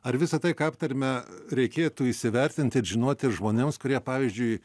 ar visa tai ką aptarėme reikėtų įsivertinti ir žinoti žmonėms kurie pavyzdžiui